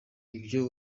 ibyo